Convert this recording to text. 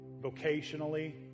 vocationally